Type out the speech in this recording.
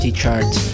charts